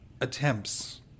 attempts